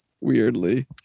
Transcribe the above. weirdly